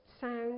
sound